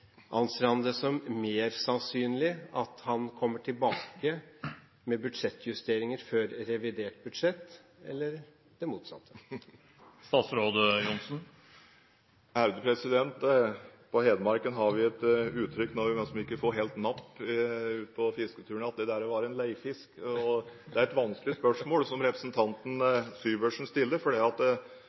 Anser han det som mer sannsynlig at han kommer tilbake med budsjettjusteringer før revidert budsjett, eller det motsatte? På Hedmark har vi et uttrykk når vi liksom ikke får helt napp på fisketuren, at det der var «en leifisk». Det er et vanskelig spørsmål som representanten Syversen stiller,